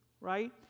right